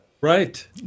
Right